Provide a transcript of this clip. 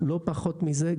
לא פחות מזה,